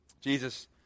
Jesus